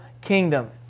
kingdom